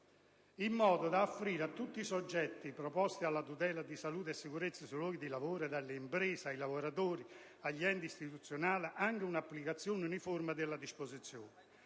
in modo da offrire a tutti i soggetti preposti alla tutela di salute e sicurezza sui luoghi di lavoro - dalle imprese ai lavoratori agli enti istituzionali - anche una applicazione uniforme delle disposizioni.